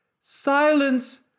Silence